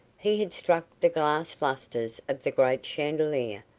he had struck the glass lustres of the great chandelier,